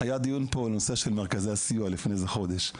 היה דיון פה על הנושא של מרכזי הסיוע לפני איזה חודש,